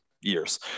years